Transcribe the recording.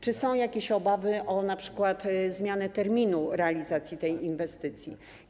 Czy są jakieś obawy dotyczące np. zmiany terminu realizacji tych inwestycji?